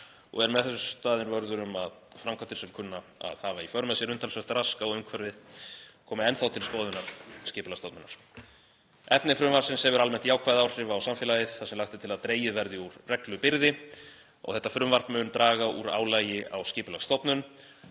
og er með þessu staðinn vörður um að framkvæmdir sem kunna að hafa í för með sér umtalsvert rask á umhverfi komi enn þá til skoðunar Skipulagsstofnunar. Efni frumvarpsins hefur almennt jákvæð áhrif á samfélagið þar sem lagt er til að dregið verði úr reglubyrði og þetta frumvarp mun draga úr álagi á Skipulagsstofnun.